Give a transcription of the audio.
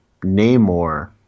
Namor